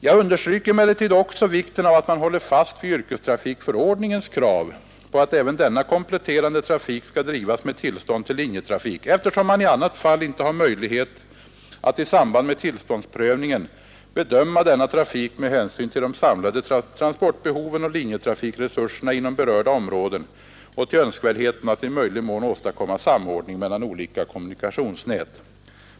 Jag understryker emellertid också vikten av att man håller fast vid yrkestrafikförordningens krav på att även denna kompletterande trafik skall drivas med tillstånd till linjetrafik, eftersom man i annat fall inte har möjlighet att i samband med tillståndsprövningen bedöma denna trafik med hänsyn till de samlade transportbehoven och linjetrafikresurserna inom berörda områden och till önskvärdheten att i möjlig mån åstadkomma samordning mellan olika kommunikationsnät.